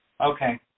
Okay